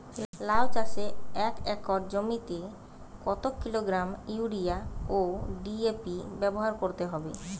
লাউ চাষে এক একর জমিতে কত কিলোগ্রাম ইউরিয়া ও ডি.এ.পি ব্যবহার করতে হবে?